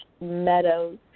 Meadows